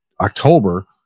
October